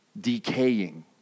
decaying